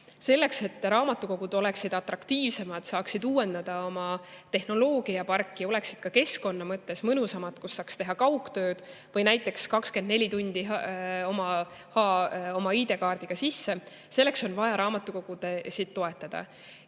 Selleks, et raamatukogud oleksid atraktiivsemad, saaksid uuendada oma tehnoloogiaparki, oleksid ka keskkonna mõttes mõnusamad, kus saaks teha kaugtööd või näiteks 24 tundi [saada] oma ID-kaardiga sisse, selleks on vaja raamatukogusid toetada.Me